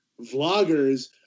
vloggers